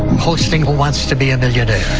hosting who wants to be a millionaire?